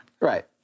Right